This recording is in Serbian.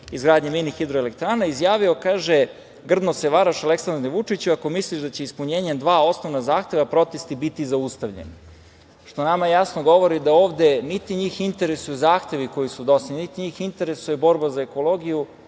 izgradnje mini hidroelektrana, izjavio. Kaže – grdno se varaš Aleksandre Vučiću ako misliš da će ispunjenjem dva osnovna zahteva protesti biti zaustavljeni. Što nama jasno govori da ovde niti njih interesuju zahtevi koji su dostavljeni, niti njih interesuje borba za ekologiju,